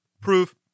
proof